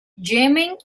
yemen